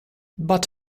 but